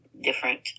different